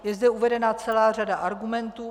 Je zde uvedena celá řada argumentů.